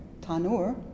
tanur